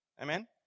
Amen